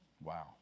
wow